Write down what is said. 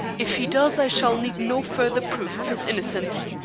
if he does, i shall need no further proof of his innocence,